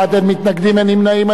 בעד, 26, אין מתנגדים ואין נמנעים.